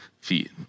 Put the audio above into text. feet